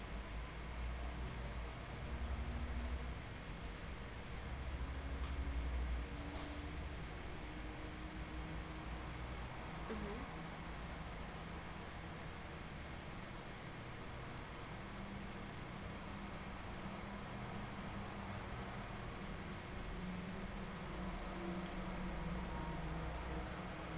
mm